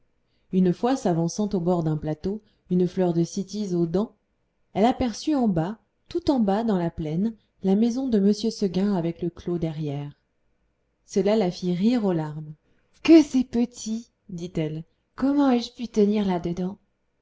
une fois s'avançant au bord d'un plateau une fleur de cytise aux dents elle aperçut en bas tout en bas dans la plaine la maison de m seguin avec le clos derrière cela la fit rire aux larmes que c'est petit dit-elle comment ai-je pu tenir